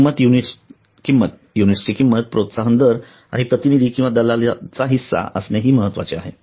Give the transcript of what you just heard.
किंमत युनिट्सची किंमत प्रोत्साहन दर आणि प्रतिनिधी किंवा दलालांचा हिस्सा असणे महत्वाचे आहे